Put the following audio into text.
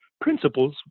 principles